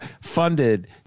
funded